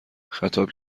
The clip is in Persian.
خطاب